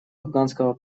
афганского